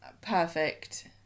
perfect